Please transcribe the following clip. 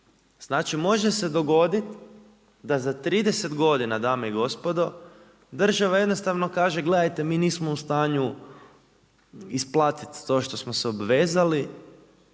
Znači može se dogoditi da za 30 godina dame i gospodo država jednostavno kaže, gledajte mi nismo u stanju isplatiti to što smo se obvezali,